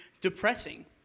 depressing